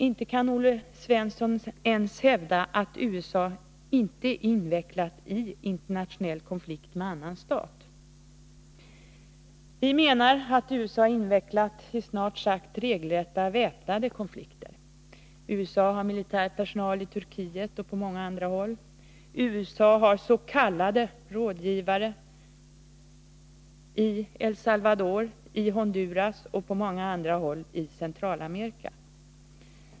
Inte kan Olle Svensson ens hävda att USA inte är invecklat i internationell konflikt med annan stat? Vi menar att USA är invecklat i snart sagt regelrätta väpnade konflikter. USA har militär personal i Turkiet och på många andra håll. USA har så kallade rådgivare i El Salvador, i Honduras och på många andra håll i Centralamerika.